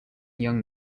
young